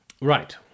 Right